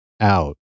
out